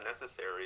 necessary